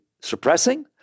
suppressing